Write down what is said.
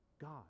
God